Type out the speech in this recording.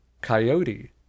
Coyote